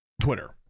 Twitter